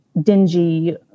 dingy